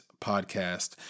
Podcast